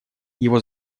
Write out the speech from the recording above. его